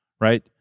right